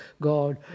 God